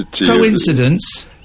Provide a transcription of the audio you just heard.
Coincidence